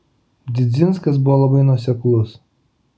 didzinskas buvo labai nuoseklus